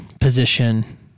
position